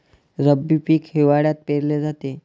रब्बी पीक हिवाळ्यात पेरले जाते